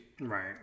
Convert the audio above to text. right